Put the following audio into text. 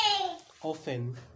often